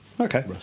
Okay